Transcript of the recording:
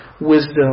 wisdom